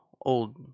old